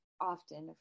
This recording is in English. Often